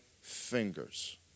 fingers